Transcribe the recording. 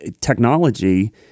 technology